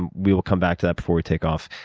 and we will come back to that before we take off.